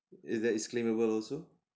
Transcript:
is that it's claimable also